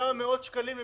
בכמה מאות שקלים למשפחה,